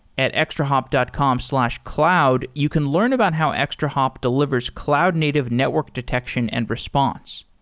at extrahop dot com slash cloud, you can learn about how extrahop delivers cloud-native network detection and response.